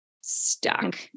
stuck